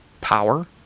power